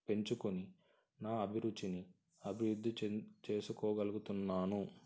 పెంచుకుని నా అభిరుచిని అభివృద్ధి చెం చేసుకోగలుగుతున్నాను